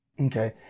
Okay